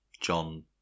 John